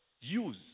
use